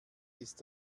ist